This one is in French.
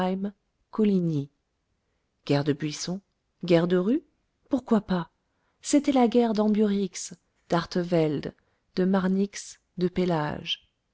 coligny guerre de buissons guerre de rues pourquoi pas c'était la guerre d'ambiorix d'artevelde de marnix de pélage